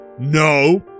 no